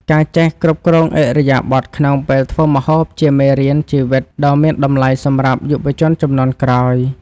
ការចេះគ្រប់គ្រងឥរិយាបថក្នុងពេលធ្វើម្ហូបជាមេរៀនជីវិតដ៏មានតម្លៃសម្រាប់យុវជនជំនាន់ក្រោយ។